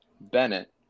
Bennett